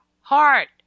heart